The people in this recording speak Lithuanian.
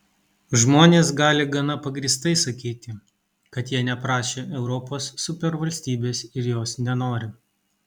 žmonės gali gana pagrįstai sakyti kad jie neprašė europos supervalstybės ir jos nenori